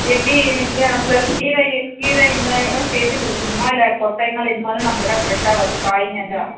எப்படி இன்றைக்கு ப்ளஸ் கீரை கீரை இன்றையோட சேர்த்து கொடுக்கணுங்களா இல்லை கொட்டைங்கள் இந்தமாதிரி நம்மக் கிட்டே ஃப்ரெஷ்ஷாக வருது காய்ங்கங்க